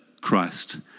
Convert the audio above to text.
Christ